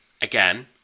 again